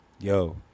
Yo